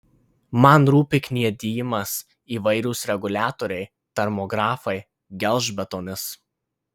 man rūpi kniedijimas įvairūs reguliatoriai termografai gelžbetonis